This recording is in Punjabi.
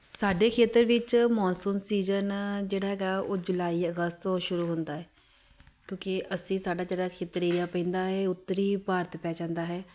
ਸਾਡੇ ਖੇਤਰ ਵਿੱਚ ਮੌਨਸੂਨ ਸੀਜ਼ਨ ਜਿਹੜਾ ਹੈਗਾ ਉਹ ਜੁਲਾਈ ਅਗਸਤ ਤੋਂ ਸ਼ੁਰੂ ਹੁੰਦਾ ਹੈ ਕਿਉਂਕਿ ਅਸੀਂ ਸਾਡਾ ਜਿਹੜਾ ਖੇਤਰੀ ਏਰੀਆ ਪੈਂਦਾ ਹੈ ਉੱਤਰੀ ਭਾਰਤ ਪੈ ਜਾਂਦਾ ਹੈ